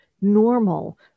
normal